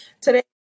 today